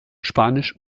spanisch